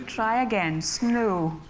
try again snow.